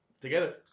Together